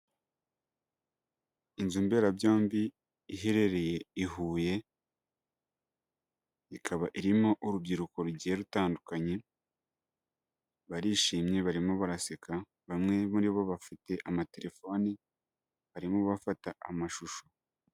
Inzu mberabyombi iherereye i Huye, ikaba irimo urubyiruko rugiye rutandukanye, barishimye barimo baraseka, bamwe muri bo bafite amaterefoni, barimo bafata amashusho.